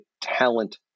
talent